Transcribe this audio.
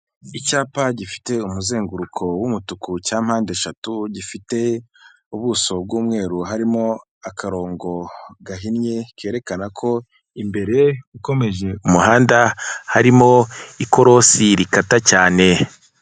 Icyapa gifite umuzenguruko w'umutuku cya mpande eshatu gifite ubuso bw'umweru harimo akarongo gahinnye kerekana ko imbere ukomeje umuhanda harimo ikorosi rikata cyane.